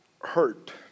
hurt